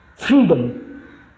Freedom